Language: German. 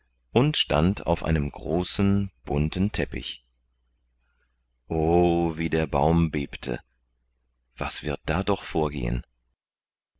und stand auf einem großen bunten teppich o wie der baum bebte was wird da doch vorgehen